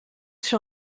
sur